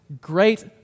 great